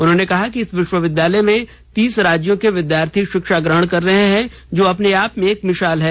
उन्होंने कहा कि इस विश्वविद्यालय में तीस राज्यों के विद्यार्थी शिक्षा ग्रहण कर रहे हैं जो अपने आप में एक मिशाल है